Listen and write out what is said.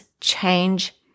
change